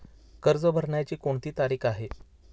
कर्ज भरण्याची कोणती तारीख आहे?